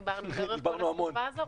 דיברנו כל התקופה הזו,